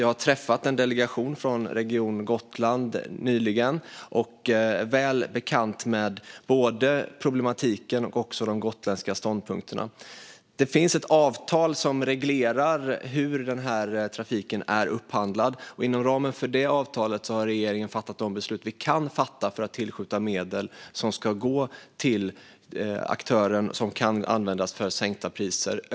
Jag har nyligen träffat en delegation från Region Gotland och är väl bekant med både problematiken och de gotländska ståndpunkterna. Det finns ett avtal som reglerar hur trafiken är upphandlad. Inom ramen för det avtalet har regeringen fattat de beslut vi kan fatta för att tillskjuta medel som ska gå till aktörer och kunna användas för sänkta priser.